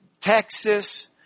Texas